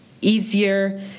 easier